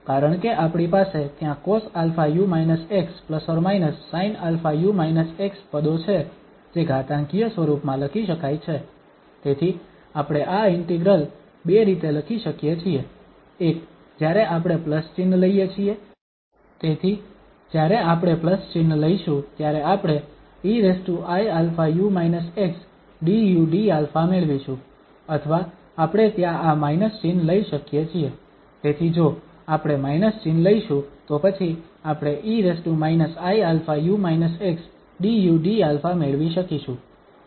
કારણકે આપણી પાસે ત્યાં cosαu−x ± sinαu−x પદો છે જે ઘાતાંકીય સ્વરૂપમાં લખી શકાય છે તેથી આપણે આ ઇન્ટિગ્રલ બે રીતે લખી શકીએ છીએ એક જ્યારે આપણે પ્લસ ચિહ્ન લઈએ છીએ તેથી જ્યારે આપણે પ્લસ ચિહ્ન લઈશું ત્યારે આપણે eiα du dα મેળવીશું અથવા આપણે ત્યાં આ માઇનસ ચિહ્ન લઈ શકીએ છીએ તેથી જો આપણે માઇનસ ચિહ્ન લઈશું તો પછી આપણે e iα du dα મેળવી શકીશું